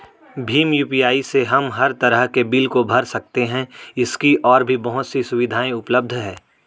Bhim UPI से हम हर तरह के बिल को भर सकते है, इसकी और भी बहुत सी सुविधाएं उपलब्ध है